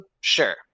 sure